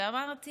ואמרתי